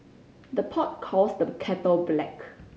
the pot calls the kettle black